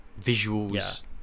visuals